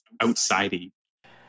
outside-y